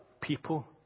people